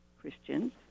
Christians